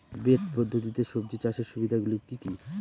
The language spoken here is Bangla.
বেড পদ্ধতিতে সবজি চাষের সুবিধাগুলি কি কি?